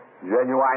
Genuine